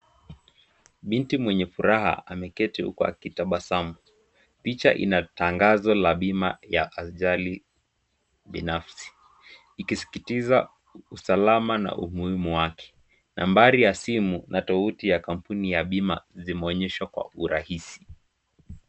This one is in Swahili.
Binti mwenye furaha ameketi huku akitabasamu. Picha inatangazo la bima ya ajali binafsi. Ikisisitiza usalama na umuhimu wake. Nambari ya simu na tovuti ya kampuni ya bima zimeonyeshwa kwa urahisi.